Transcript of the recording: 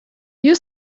you